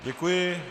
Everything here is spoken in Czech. Děkuji.